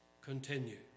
continue